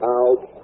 out